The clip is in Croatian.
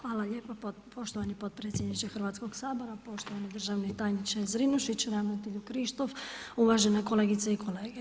Hvala lijepa poštovani potpredsjedniče Hrvatskog sabora, poštovani državni tajniče Zrinušić, ravnatelju Krištof, uvažene kolegice i kolege.